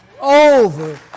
Over